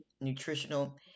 nutritional